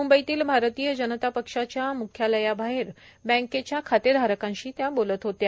मुंबईतील भारतीय जनता पक्षाच्या मुख्यालया बाहेर बँकेच्या खातेधारकांशी त्या बोलत होत्या